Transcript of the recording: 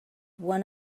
one